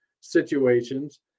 situations